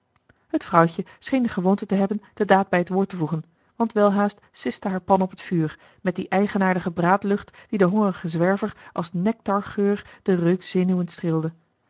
het vrouwtje scheen de gewoonte te hebben de daad bij het woord te voegen want welhaast siste haar pan op het vuur met die eigenaardige braadlucht die den hongerigen zwerver als nectargeur de